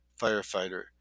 firefighter